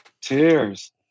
Cheers